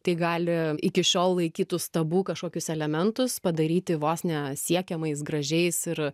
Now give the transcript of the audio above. tai gali iki šiol laikytus tabu kažkokius elementus padaryti vos ne siekiamais gražiais ir